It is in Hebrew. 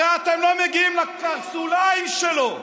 הרי אתם לא מגיעים לקרסוליים שלו,